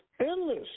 endless